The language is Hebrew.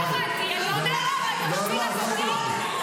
לא הבנתי, אתה מוציא רק אותי?